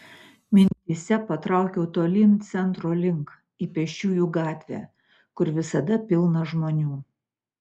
mintyse patraukiau tolyn centro link į pėsčiųjų gatvę kur visada pilna žmonių